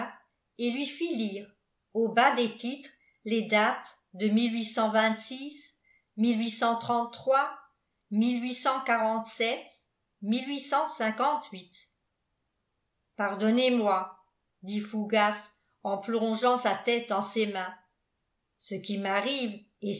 et lui fit lire au bas des titres les dates de pardonnez-moi dit fougas en plongeant sa tête dans ses mains ce qui m'arrive est